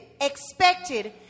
expected